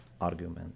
argument